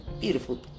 Beautiful